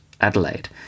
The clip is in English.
Adelaide